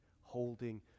holding